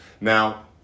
Now